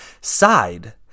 side